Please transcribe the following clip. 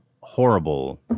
Horrible